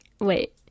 wait